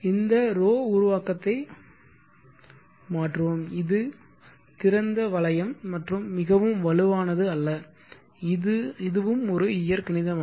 இந்த ρ உருவாக்கத்தை மாற்றுவோம் இது திறந்த வளையம் மற்றும் மிகவும் வலுவானது அல்ல இதுவும் ஒரு இயற்கணிதமாகும்